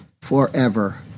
forever